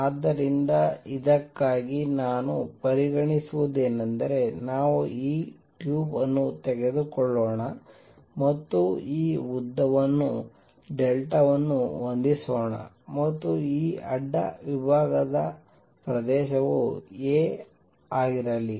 ಆದ್ದರಿಂದ ಇದಕ್ಕಾಗಿ ನಾನು ಪರಿಗಣಿಸುವುದೇನೆಂದರೆ ನಾವು ಈ ಟ್ಯೂಬ್ ಅನ್ನು ತೆಗೆದುಕೊಳ್ಳೋಣ ಮತ್ತು ಈ ಉದ್ದವನ್ನು ಡೆಲ್ಟಾ ವನ್ನು ಹೊಂದಿಸೋಣ ಮತ್ತು ಈ ಅಡ್ಡ ವಿಭಾಗದ ಪ್ರದೇಶವು a ಆಗಿರಲಿ